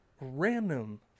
Random